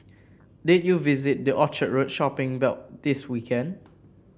did you visit the Orchard Road shopping belt this weekend